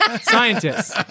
Scientists